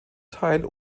teil